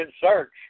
search